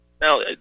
Now